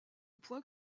point